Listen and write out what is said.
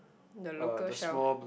the locker shelf